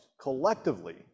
collectively